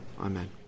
Amen